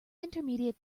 intermediate